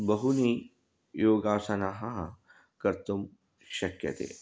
बहूनि योगासनानि कर्तुं शक्यते